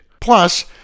Plus